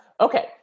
Okay